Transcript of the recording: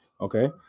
Okay